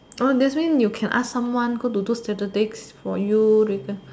this thing you can ask someone go to do statistic for you regard